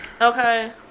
okay